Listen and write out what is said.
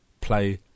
play